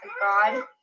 God